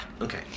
Okay